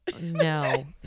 No